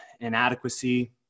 inadequacy